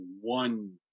one